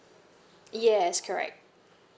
yes correct